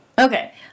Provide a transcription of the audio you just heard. Okay